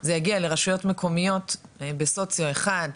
זה יגיע לרשויות מקומיות בסוציו 1,